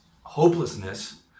hopelessness